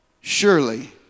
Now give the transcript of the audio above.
Surely